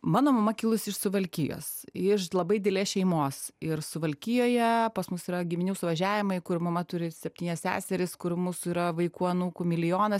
mano mama kilusi iš suvalkijos iš labai didelės šeimos ir suvalkijoje pas mus yra giminių suvažiavimai kur mama turi septynias seseris kur mūsų yra vaikų anūkų milijonas